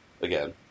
Again